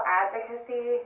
advocacy